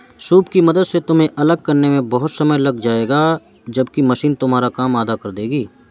soup की मदद से तुम्हें अलग करने में बहुत समय लग जाएगा जबकि मशीन तुम्हारा काम आधा कर देगी